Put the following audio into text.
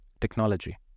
technology